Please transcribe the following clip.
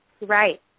Right